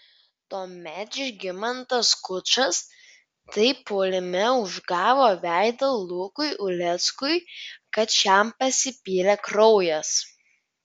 tuomet žygimantas skučas taip puolime užgavo veidą lukui uleckui kad šiam pasipylė kraujas